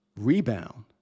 rebound